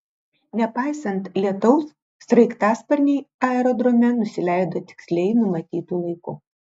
nepaisant lietaus sraigtasparniai aerodrome nusileido tiksliai numatytu laiku